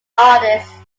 artists